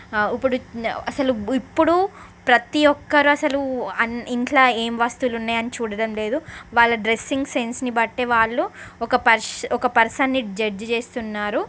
ఆ ఇప్పుడు అసలు ఇప్పుడు ప్రతీ ఒక్కరూ అసలు అన్నీ ఇంట్లో ఏం వస్తువులు ఉన్నాయని చూడడం లేదు వాళ్ళ డ్రెస్సింగ్ సెన్స్ని బట్టే వాళ్ళు ఒక పర్స ఒక పర్సన్ని జడ్జ్ చేస్తున్నారు